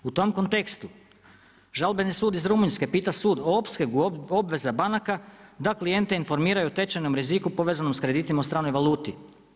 U tom kontekstu žalbeni sud iz Rumunjske pita Sud …obveza banaka da klijente informiraju o tečajnom riziku povezanu s kreditima u stranoj valuti.